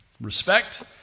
respect